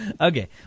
Okay